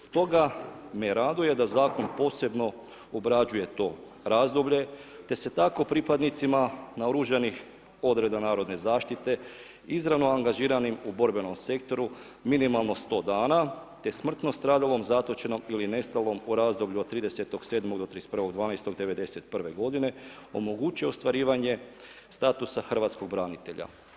Stoga me raduje da zakon posebno obrađuje to razdoblje, te se tako pripadnicima naoružanih odreda narodna zaštite izravno angažiranim u borbenom sektoru minimalno 100 dana te smrtno stradalom, zatočenom ili nestalom u razdoblju od 30.07. do 31.12. '91. godine omogućuje ostvarivanje statusa hrvatskog branitelja.